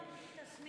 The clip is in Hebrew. כולם בלי תסמינים?